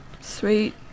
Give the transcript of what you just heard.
sweet